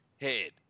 head